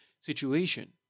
situation